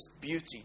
beauty